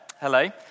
Hello